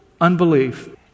unbelief